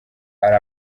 ari